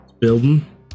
Building